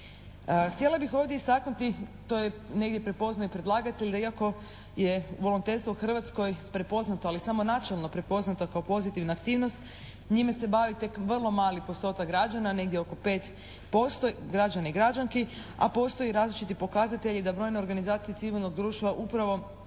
Htjela bih ovdje istaknuti, to je negdje prepoznaje i predlagatelj da iako je volonterstvo u Hrvatskoj prepoznato, ali samo načelno prepoznato kao pozitivna aktivnost, njime se bavi tek vrlo mali postotak građana, negdje oko 5% građana i građanki, a postoje i različiti pokazatelji da brojne organizacije civilnog društva upravo